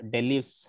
Delhi's